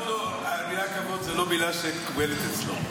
המילה "כבוד" זו לא מילה שמקובלת אצלו.